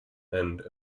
end